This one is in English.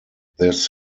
this